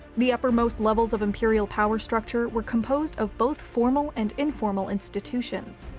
the uppermost levels of imperial power structure were composed of both formal and informal institutions.